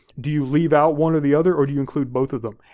do you leave out one or the other or do you include both of them?